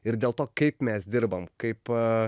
ir dėl to kaip mes dirbam kaip